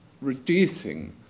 reducing